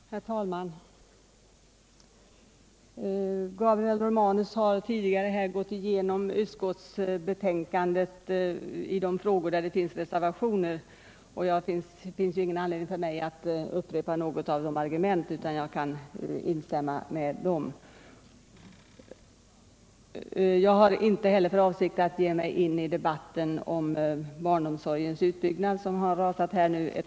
Herr talman! Gabriel Romanus har tidigare gått igenom utskottsbetänkandet i vad gäller de frågor där det har avgivits reservationer, och det finns ingen anledning för mig att här upprepa hans argument. Jag instämmer i vad han sade. Inte heller har jag för avsikt att gå in i den debatt om barnomsorgens utbyggnad som har pågått här.